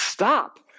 stop